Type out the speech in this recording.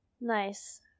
Nice